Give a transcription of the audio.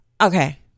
Okay